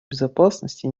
безопасности